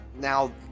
Now